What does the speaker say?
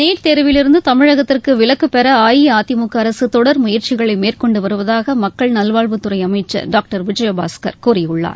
NEET தேர்விலிருந்து தமிழகத்திற்கு விலக்கு பெற அஇஅதிமுக அரசு தொடர் முயற்சிகளை மேற்கொண்டு வருவதாக மக்கள் நல்வாழ்வுத்துறை அமைச்சர் டாக்டர் விஜயபாஸ்கர் கூறியுள்ளார்